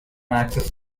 access